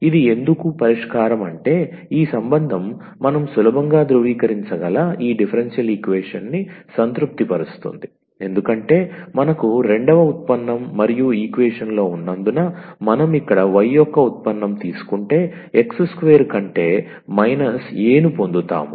ఇది ఎందుకు పరిష్కారం అంటే ఈ సంబంధం మనం సులభంగా ధృవీకరించగల ఈ డిఫరెన్షియల్ ఈక్వేషన్ న్ని సంతృప్తిపరుస్తుంది ఎందుకంటే మనకు రెండవ ఉత్పన్నం మరియు ఈక్వేషన్ లో ఉన్నందున మనం ఇక్కడ y యొక్క ఉత్పన్నం తీసుకుంటే x స్క్వేర్ కంటే మైనస్ A ను పొందుతాము